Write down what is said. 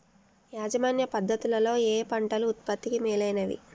యాజమాన్య పద్ధతు లలో ఏయే పంటలు ఉత్పత్తికి మేలైనవి?